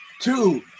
Two